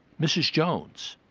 mrs jones,